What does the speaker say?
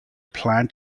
plant